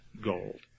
gold